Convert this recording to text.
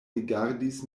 rigardis